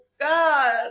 God